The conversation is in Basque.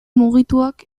mugituak